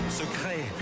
secret